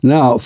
Now